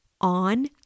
on